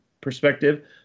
perspective